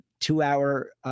two-hour